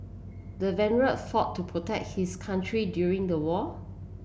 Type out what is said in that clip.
the veteran fought to protect his country during the war